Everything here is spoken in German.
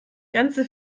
ganze